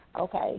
okay